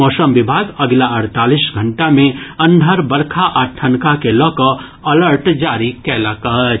मौसम विभाग अगिला अड़तालिस घंटा मे अन्हर बरखा आ ठनका के लऽ कऽ अलर्ट जारी कयलक अछि